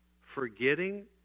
Forgetting